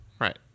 right